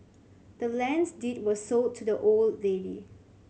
the land's deed was sold to the old lady